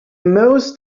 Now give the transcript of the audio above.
most